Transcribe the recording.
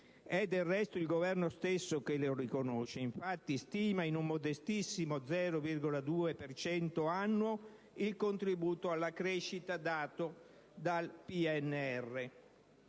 È del resto il Governo stesso che lo riconosce. Esso infatti stima in un modestissimo 0,2 per cento annuo il contributo alla crescita dato dal PNR.